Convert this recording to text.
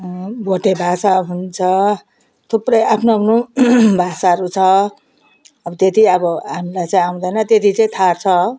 भोटे भाषा हुन्छ थुप्रै आफ्नो आफ्नो भाषाहरू छ अब त्यति अब हामीलाई चाहिँ आउँदैन त्यति चाहिँ थाहा छ